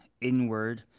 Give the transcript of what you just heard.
inward